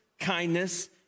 kindness